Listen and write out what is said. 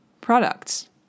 products